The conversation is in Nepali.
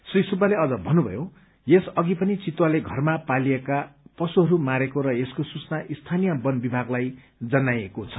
श्री सुब्बाले अझ भन्नुभयो यस अघि पनि चितुवाले घरमा पालिएका पशुहरू मारेको र यसको सूचना स्थानीय बन विभागलाई जनाइएको छ